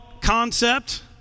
concept